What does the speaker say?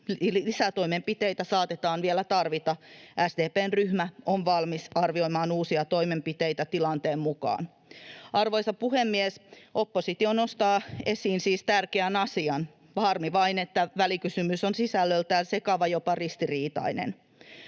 Lisätoimenpiteitä saatetaan vielä tarvita. SDP:n ryhmä on valmis arvioimaan uusia toimenpiteitä tilanteen mukaan. Arvoisa puhemies! Oppositio nostaa siis esiin tärkeän asian. Harmi vain, että välikysymys on sisällöltään sekava, jopa ristiriitainen.